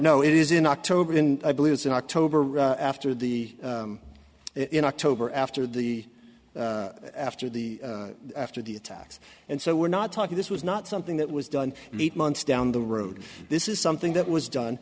no it is in october i believe it's in october or after the in october after the after the after the attacks and so we're not talking this was not something that was done late months down the road this is something that was done